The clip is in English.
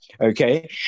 okay